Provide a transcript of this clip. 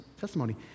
testimony